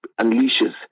unleashes